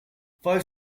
five